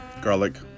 Garlic